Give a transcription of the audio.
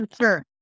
sure